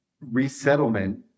Resettlement